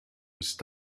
ist